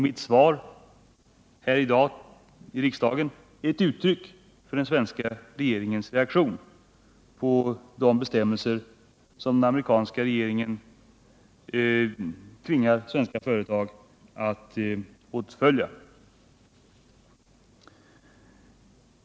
Mitt svar i dag här i riksdagen är ett uttryck för den svenska regeringens reaktion mot de bestämmelser som den amerikanska regeringen tvingar svenska företag att följa.